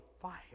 fire